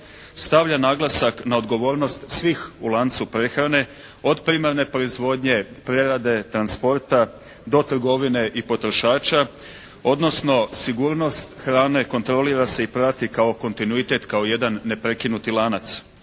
stavlja naglasak na odgovornost svih u lancu prehrane od primarne proizvodnje, prerade, transporta do trgovine i potrošača odnosno sigurnost hrane kontrolira se i prati kao kontinuitet, kao jedan neprekinuti lanac.